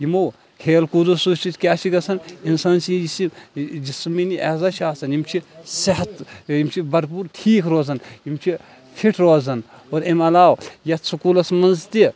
یِمو کھیل کوٗدٕو سۭتۍ سۭتۍ کیاہ چھُ گَژھان اِنسان سُنٛد یُس یہِ جِسمٕنۍ اعضا چھِ آسان یِم چھِ صحت یِم چھِ بَھرپوٗر ٹھیٖک روزان یِم چھِ فِٹ روزان اور اَمہِ عَلاو یَتھ سکوٗلَس منٛز تہِ